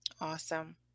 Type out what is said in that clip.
Awesome